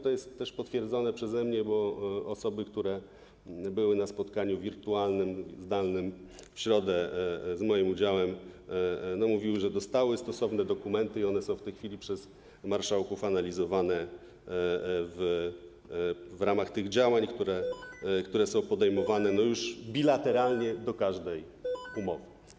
To jest też potwierdzone przeze mnie, bo osoby, które w środę były na spotkaniu wirtualnym, zdalnym z moim udziałem, mówiły, że dostały stosowne dokumenty i że one są w tej chwili przez marszałków analizowane w ramach tych działań, które są podejmowane już bilateralnie do każdej umowy.